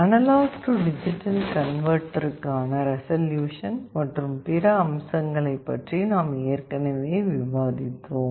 analogue to digital கன்வர்ட்டருக்கான resolution மற்றும் பிற அம்சங்களைப் பற்றி நாம் ஏற்கனவே விவாதித்தோம்